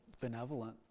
benevolent